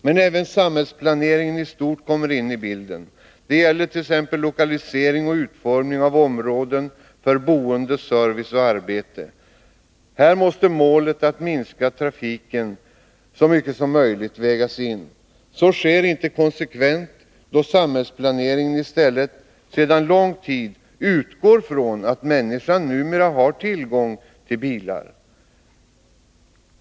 Men även samhällsplaneringen i stort kommer in i bilden. Det gäller t.ex. lokalisering och utformning av områden för boende, service och arbete. Här måste målet att minska trafiken så mycket som möjligt vägas in. Så sker inte konsekvent, då samhällsplaneringen i stället sedan lång tid utgår från att människorna numera har tillgång till bilar.